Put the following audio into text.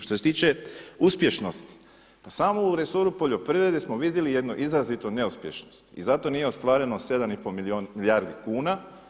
Što se tiče uspješnosti, pa samo u resoru poljoprivrede smo vidjeli jednu izrazitu neuspješnost i zato nije ostvareno 7,5 milijardi kuna.